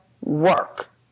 work